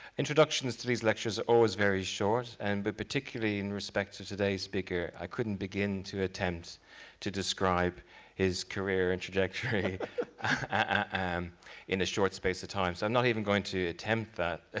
introductions to these lectures are always very short, and but particularly in respect to todays speaker, i couldn't begin to attempt to describe his career and trajectory and in a short space of time, so i'm not even going to attempt that.